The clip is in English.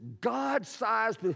God-sized